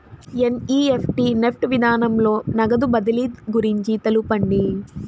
NEFT NEFT విధానంలో నగదు బదిలీ గురించి తెలుపండి?